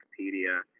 Wikipedia